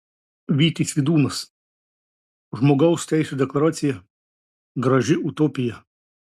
vytis vidūnas žmogaus teisų deklaracija graži utopija